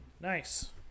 Nice